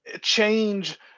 change